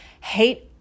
hate